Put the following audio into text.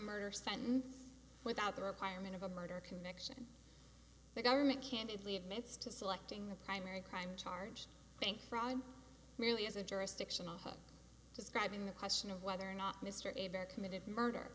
murder sentence without the requirement of a murder conviction the government candidly admits to selecting the primary crime charge bank fraud merely as a jurisdictional hook describing the question of whether or not mr aber committed murder